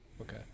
Okay